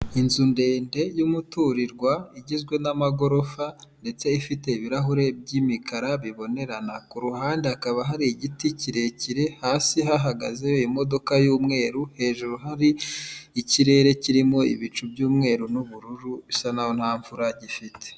Inzu ndende y'umuturirwa igizwe n'amagorofa ndetse ifite ibirahure by'imikara bibonerana k'uruhande hakaba hari igiti kirekire hasi hahagaze imodoka y'umweru hejuru hari ikirere kirimo ibicu by'umweru n'ubururu bisa n'aho nta mvura gifite.